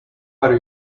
are